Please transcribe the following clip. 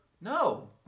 No